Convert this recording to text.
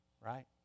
Right